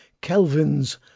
Kelvin's